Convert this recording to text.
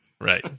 right